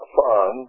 fun